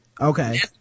Okay